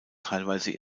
teilweise